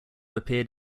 appeared